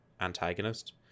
antagonist